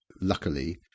luckily